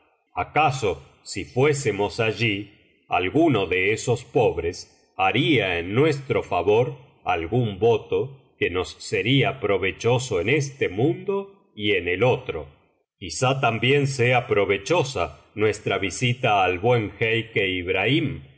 acaso si fuésemos allí alguno de esos pobres haría en nuestro favor algún votp que nos sería provechoso en este mundo y en el otro quizá también sea provechosa nuestra visita al buen jeique ibrahim